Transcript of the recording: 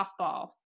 Softball